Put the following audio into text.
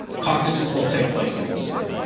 caucuses will take place in this state.